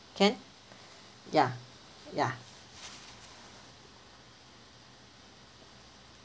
can ya ya